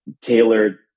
tailored